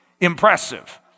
impressive